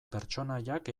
pertsonaiak